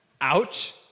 Ouch